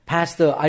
Pastor